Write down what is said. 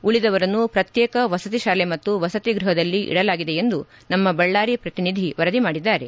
ಉಳಿದವರನ್ನು ಪ್ರಕ್ಶೇಕ ವಸತಿ ಶಾಲೆ ಮತ್ತು ವಸತಿ ಗೃಹಗಳಲ್ಲಿ ಇಡಲಾಗಿದೆ ಎಂದು ನಮ್ಮ ಬಳ್ಳಾರಿ ಪ್ರತಿನಿಧಿ ವರದಿ ಮಾಡಿದ್ದಾರೆ